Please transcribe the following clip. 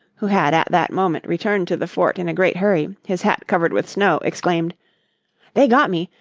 who had at that moment returned to the fort in a great hurry, his hat covered with snow, exclaimed they got me,